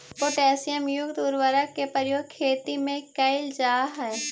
potassium युक्त उर्वरक के प्रयोग खेती में कैल जा हइ